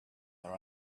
her